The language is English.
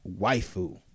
waifu